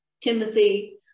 Timothy